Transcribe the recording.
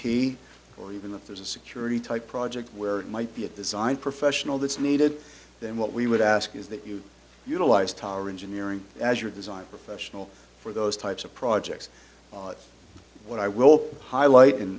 p or even if there's a security type project where it might be at the zine professional that's needed then what we would ask is that you utilize tower engineering as your design professional for those types of projects what i will highlight and